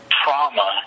trauma